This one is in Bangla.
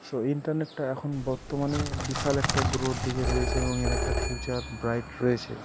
সো ইন্টারনেটটা এখন বর্তমানে বিশাল একটা গ্রোথ দিকে রয়েছে এবং এর একটা ফিউচার ব্রাইট রয়েছে